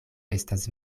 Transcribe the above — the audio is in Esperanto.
estas